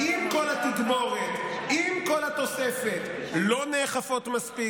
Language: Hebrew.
עם כל התגבורת, עם כל התוספת, לא נאכפות מספיק.